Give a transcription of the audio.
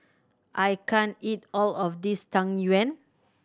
I can't eat all of this Tang Yuen